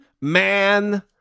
man